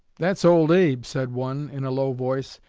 that's old abe said one, in a low voice.